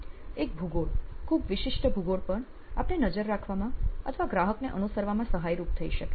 એક ભૂગોળ ખૂબ વિશિષ્ટ ભૂગોળ પણ આપને નજર રાખવામાં અથવા ગ્રાહકને અનુસરવામાં સહાયરૂપ થઈ શકે છે